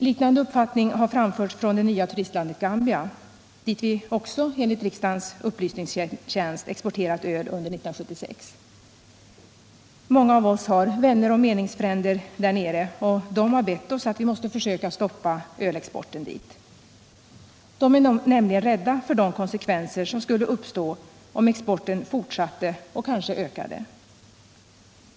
Liknande uppfattning har framförts från det nya turistlandet Gambia, dit vi enligt riksdagens upplysningstjänst också exporterat öl under 1976. Många av oss har vänner och meningsfränder där nere, och de har bett oss att försöka stoppa ölexporten dit. De är nämligen rädda för de konsekvenser som skulle uppstå om exporten fortsatte och kanske ökade.